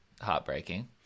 heartbreaking